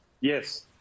Yes